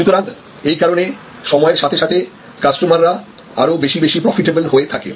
সুতরাং এই কারণে সময়ের সাথে সাথে কাস্টমাররা আরো বেশি বেশি প্রফিটেবল হয়ে থাকে